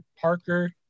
Parker